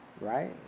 right